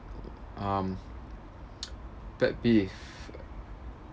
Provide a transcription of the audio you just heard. um pet peeve